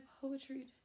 poetry